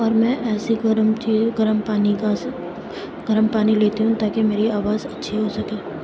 اور میں ایسے گرم چیز گرم پانی کا گرم پانی لیتی ہوں تاکہ میری آواز اچھی ہو سکے